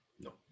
No